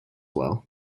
well